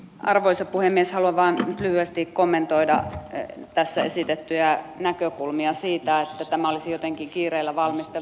haluan vain nyt lyhyesti kommentoida tässä esitettyjä näkökulmia siitä että tämä olisi jotenkin kiireellä valmisteltu